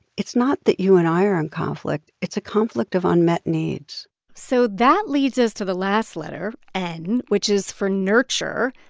it's not that you and i are in conflict, it's a conflict of unmet needs so that leads us to the last letter n which is for nurture.